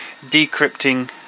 decrypting